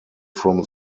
from